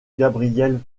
gabriel